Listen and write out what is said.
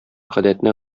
гадәтне